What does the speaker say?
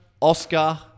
Oscar